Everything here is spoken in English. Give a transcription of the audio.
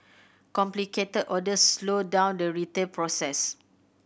complicated orders slowed down the retail process